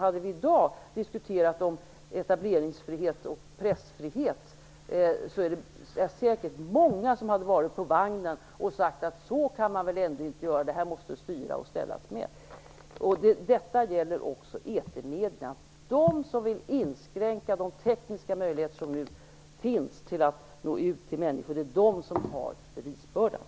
Om vi hade diskuterat etablerings och pressfrihet i dag, hade säkert många sagt att detta måste styras och ställas med. Detta gäller också etermedierna. De som vill inskränka de tekniska möjligheter som nu finns för att nå ut till människor är de som har bevisbördan.